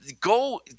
go